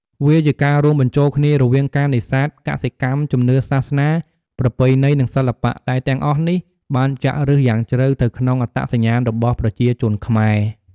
វាជាការរួមបញ្ចូលគ្នារវាងការនេសាទ កសិកម្ម ជំនឿសាសនា ប្រពៃណី និងសិល្បៈ ដែលទាំងអស់នេះបានចាក់ឫសយ៉ាងជ្រៅទៅក្នុងអត្តសញ្ញាណរបស់ប្រជាជនខ្មែរ។